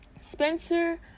Spencer